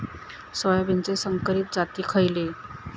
सोयाबीनचे संकरित जाती खयले?